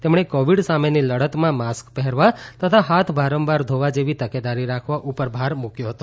તેમણે કોવીડ સામેની લડતમાં માસ્ક પહેરવા તથા હાથ વારંવાર ધોવા જેવી તકેદારી રાખવા ઉપર ભાર મુકયો હતો